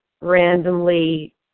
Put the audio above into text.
randomly